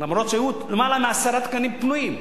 אף שהיו למעלה מעשרה תקנים פנויים.